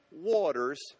waters